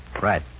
Right